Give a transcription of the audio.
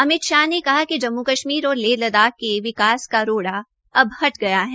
अमित शाह ने कहा कि जम्मू कश्मीर और लेह लद्दाख के विकास का रोड़ा अब हट गया है